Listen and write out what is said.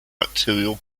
bacterial